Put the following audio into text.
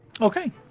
Okay